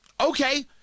Okay